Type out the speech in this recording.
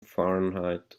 fahrenheit